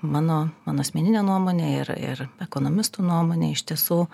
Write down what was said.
mano mano asmenine nuomone ir ir ekonomistų nuomone iš tiesų